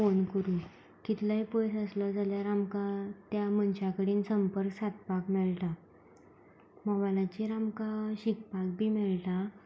phone करून कितलेय पयस आसलो जाल्यार आमकां त्या मनशा कडेन संपर्क सादपाक मेळटा मोबायलाचेर आमकां शिकपाक बी मेळटा